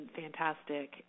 fantastic